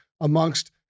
amongst